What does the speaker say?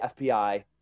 FBI